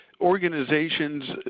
organizations